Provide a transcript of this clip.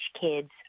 kids